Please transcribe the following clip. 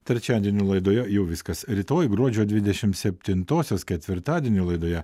trečiadienio laidoje jau viskas rytoj gruodžio dvidešim septintosios ketvirtadienio laidoje